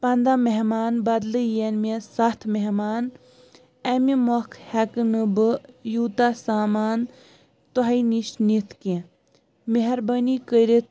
پَنٛداہ مہمان بَدلہٕ یِن مےٚ سَتھ مہمان اَمہِ مۄکھ ہٮ۪کہٕ نہٕ بہٕ یوٗتاہ سامان تۄہہِ نِش نِتھ کیٚنٛہہ مہربٲنی کٔرِتھ